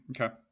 Okay